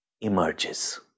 emerges